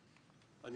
בבקשה.